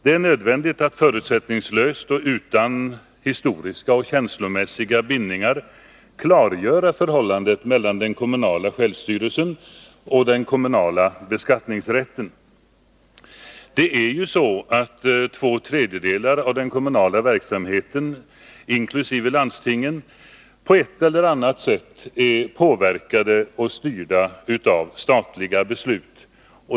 Det är nödvändigt att man förutsättningslöst och utan historiska och känslomässiga bindningar klargör förhållandet mellan den kommunala självstyrelsen och den kommunala beskattningsrätten. Två tredjedelar av den kommunala verksamheten inkl. landstingen påverkas och styrs på ett eller annat sätt av statliga beslut.